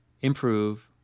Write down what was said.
improve